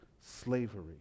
slavery